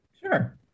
Sure